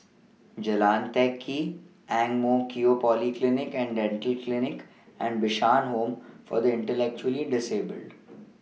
Jalan Teck Kee Ang Mo Kio Polyclinic and Dental Clinic and Bishan Home For The Intellectually Disabled